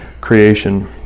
creation